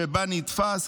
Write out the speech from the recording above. שבה נתפס,